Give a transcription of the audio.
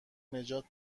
نجات